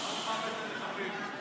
עונש מוות למחבלים.